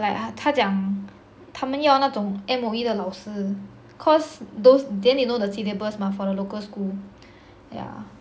like 他讲他们要那种 M_O_E 的老师 cause those then they know the syllabus mah for the local school yeah